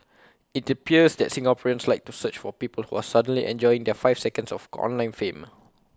IT appears that Singaporeans like to search for people who are suddenly enjoying their five seconds of online fame